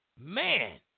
Man